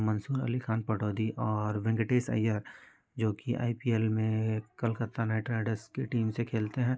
मंसूर अली ख़ाँ पटौड़ी और वेंकटेश अय्यर जोकि I P L में ये कलकत्ता नाईट राइडर्स की टीम से खेलते हैं